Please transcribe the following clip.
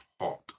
hot